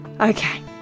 Okay